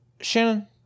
Shannon